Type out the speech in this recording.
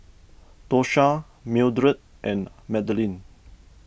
Tosha Mildred and Madalynn